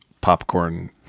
popcorn